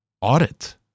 audit